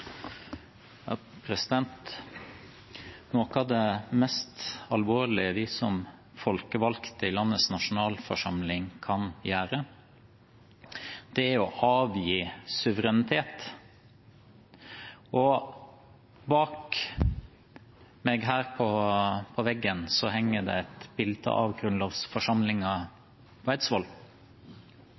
Noe av det mest alvorlige vi som folkevalgte i landets nasjonalforsamling kan gjøre, er å avgi suverenitet. Bak meg her på veggen henger det et bilde av